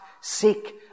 seek